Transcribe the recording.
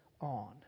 on